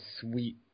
sweet